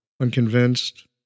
Unconvinced